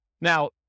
Now